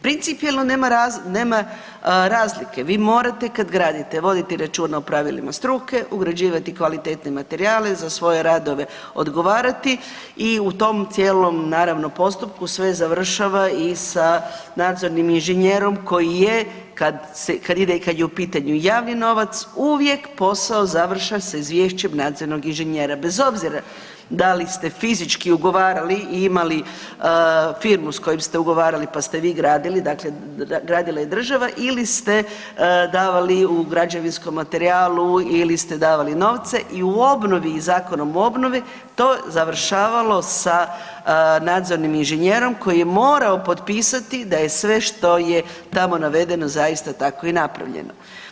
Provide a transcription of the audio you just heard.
Principijelno nema razlike, vi morate kad gradite voditi računa o pravilima struke, ugrađivati kvalitetne materijale, za svoje radove odgovarati i u tom cijelom naravno, postupku, sve završava i sad nadzornim inženjerom koji je kad se, kad ide i kad je u pitanju javni novac, uvijek postao završava sa izvješćem nadzornog inženjera, bez obzira da li ste fizički ugovarali i imali firmu s kojom ste ugovarali pa ste vi gradili, dakle, gradila i država ili ste davali u građevinskom materijalu ili ste davali novce, i u obnovi i Zakonom o obnovi, to završavalo sa nadzornim inženjerom koji je morao potpisati da je sve što je tamo navedeno, zaista tako i napravljeno.